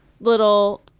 little